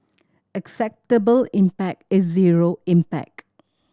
acceptable impact is zero impact